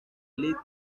league